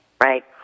right